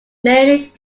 mainly